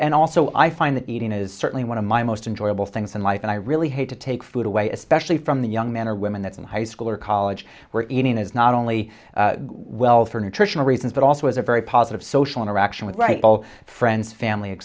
and also i find that eating is certainly one of my most enjoyable things in life and i really hate to take food away especially from the young men or women that in high school or college where eating is not only well for nutritional reasons but also is a very positive social interaction with right all friends family et